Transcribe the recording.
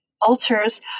altars